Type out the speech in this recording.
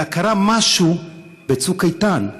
אלא שקרה משהו ב"צוק איתן",